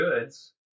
goods